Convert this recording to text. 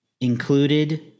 included